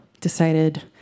decided